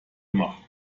macht